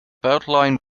beltline